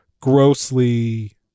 grossly